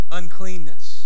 uncleanness